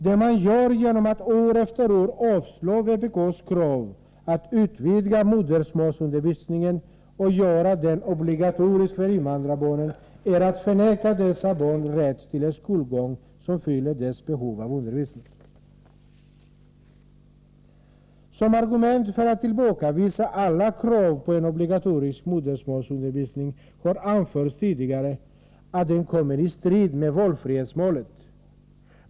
Det man gör genom att år efter år avslå vpk:s krav att utvidga modersmålsundervisningen och göra den obligatorisk för invandrarbarnen är att förneka dessa barns rätt till en skolgång som fyller deras behov av undervisning. Som argument för att tillbakavisa alla krav på en obligatorisk modersmåls undervisning har tidigare anförts att den kommer i strid med valfrihetsmålet.